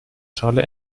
schale